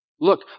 Look